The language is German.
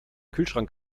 kühlschrank